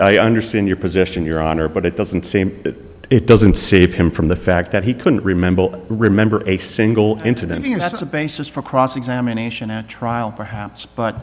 i understand your position your honor but it doesn't seem that it doesn't save him from the fact that he couldn't remember remember a single incident is a basis for cross examination at trial perhaps but